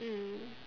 mm